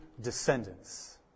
Descendants